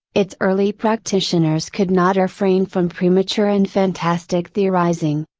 its early practitioners could not refrain from premature and fantastic theorizing.